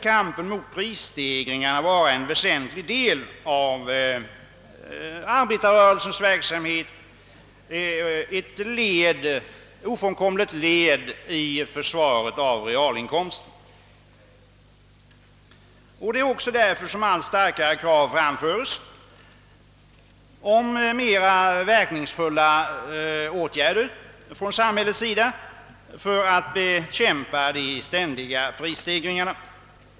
Kampen mot prisstegringarna måste vara en väsentlig del av arbetarrörelsens verksamhet och ett ofrånkomligt led i försvaret av realinkomsten. Det är också därför som allt starkare krav nu framföres på mera verkningsfulla åtgärder från samhällets sida för att bekämpa de ständiga prisstegringarna.